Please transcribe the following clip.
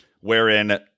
wherein